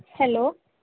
hello